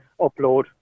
upload